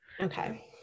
okay